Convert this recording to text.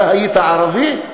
אתה היית ערבי?